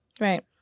Right